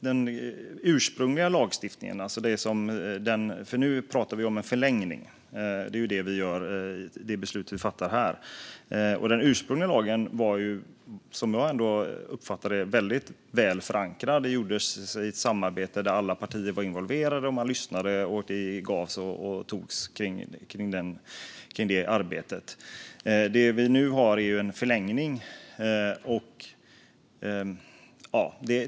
Den ursprungliga lagstiftningen - nu pratar vi om en förlängning; det är det beslutet vi fattar här - var ändå väldigt väl förankrad, som jag uppfattade det. Den togs fram i ett samarbete där alla partier var involverade. Man lyssnade, och det gavs och togs. Det vi nu har är en förlängning.